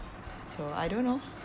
so I don't know